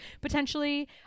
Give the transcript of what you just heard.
potentially